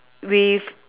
with